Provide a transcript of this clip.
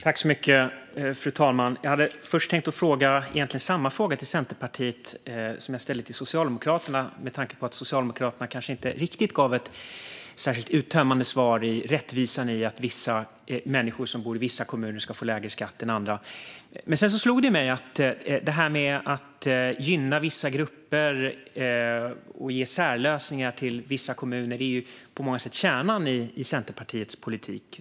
Fru talman! Jag hade först egentligen tänkt ställa samma fråga till Centerpartiet som jag ställde till Socialdemokraterna, med tanke på att Socialdemokraterna kanske inte riktigt gav något särskilt uttömmande svar om rättvisan i att vissa människor som bor i vissa kommuner ska få lägre skatt än andra. Men sedan slog det mig att det här med att gynna vissa grupper och ge särlösningar till vissa kommuner på många sätt är kärnan i Centerpartiets politik.